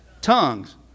tongues